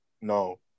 No